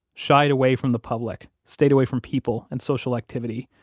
shied away from the public, stayed away from people and social activity,